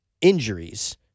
injuries